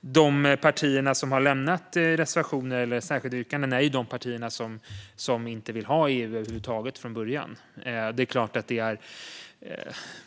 De partier som har lämnat reservationer eller särskilda yttranden är de partier som från början inte har velat ha ett EU.